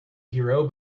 hero